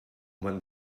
when